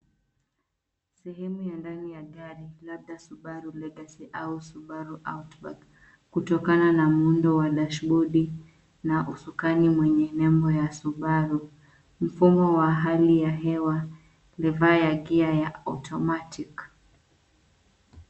Sehemu ya ndani ya gari labda cs[subaru legacy]cs au cs[subaru outback]cs kutokana na muundo wa dashbodi na usukani mwenye nembo ya cs[subaru]cs. Mfumo ya hali ya hewa ndeva ya gia ya cs[automatic]cs.